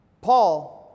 Paul